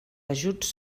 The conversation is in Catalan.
ajuts